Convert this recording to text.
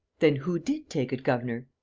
then who did take it, governor?